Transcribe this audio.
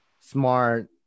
smart